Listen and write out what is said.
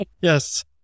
Yes